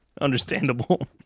Understandable